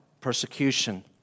persecution